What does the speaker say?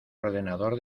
ordenador